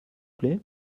plait